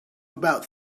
about